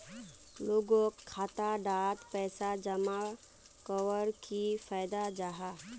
लोगोक खाता डात पैसा जमा कवर की फायदा जाहा?